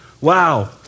Wow